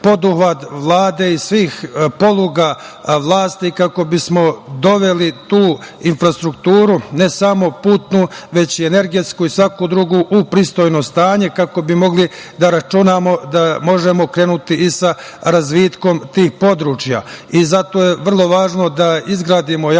i svih poluga vlasti kako bismo doveli tu infrastrukturu, ne samo putnu, već i energetsku i svaku drugu, u pristojno stanje, kako bi mogli da računamo da možemo krenuti i sa razvitkom tih područja. Zato je vrlo važno da izgradimo